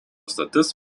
stotis